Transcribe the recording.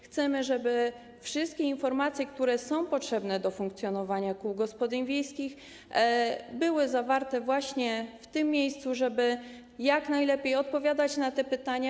Chcemy, żeby wszystkie informacje, które są potrzebne do funkcjonowania kół gospodyń wiejskich, były zawarte właśnie w tym miejscu, żeby jak najlepiej odpowiadać na te pytania.